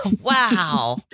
Wow